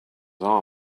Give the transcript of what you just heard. our